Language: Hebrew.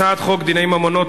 הצעת חוק דיני ממונות,